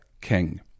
king